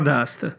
Dust